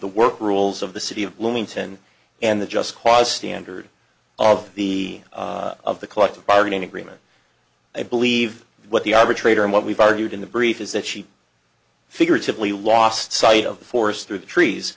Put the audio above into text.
the work rules of the city of bloomington and the just cause standard of the of the collective bargaining agreement i believe what the arbitrate are and what we've argued in the brief is that she figured simply lost sight of the forest through the trees